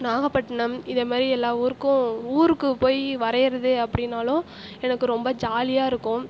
நாகப்பட்டினம் இதை மாரி எல்லா ஊருக்கும் ஊருக்கு போயி வரையறது அப்படின்னாலும் எனக்கு ரொம்ப ஜாலியாக இருக்கும்